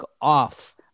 off